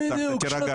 תירגע.